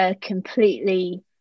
completely